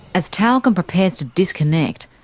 as tyalgum prepares to disconnect,